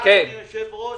אתם לא מבינים את הדקויות שלו.